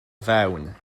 fewn